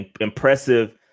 Impressive